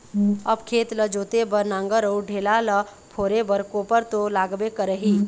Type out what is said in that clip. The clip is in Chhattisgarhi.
अब खेत ल जोते बर नांगर अउ ढेला ल फोरे बर कोपर तो लागबे करही